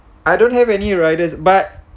I don't have any riders but